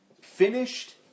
finished